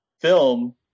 film